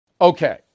Okay